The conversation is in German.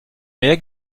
mehr